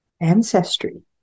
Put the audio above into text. ancestry